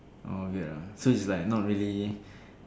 oh weird ah so it's like not really